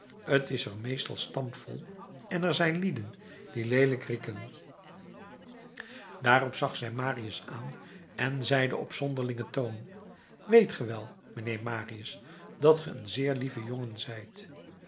t is er meestal stampvol en er zijn lieden die leelijk rieken daarop zag zij marius aan en zeide op zonderlingen toon weet ge wel mijnheer marius dat ge een zeer lieve jongen